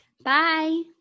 Bye